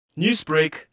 Newsbreak